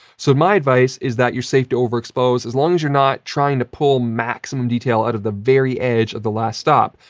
so my advice is that you're safe to overexpose, as long as you're not trying to pull maximum detail out of the very edge of the last stop.